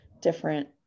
different